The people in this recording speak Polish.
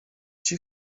się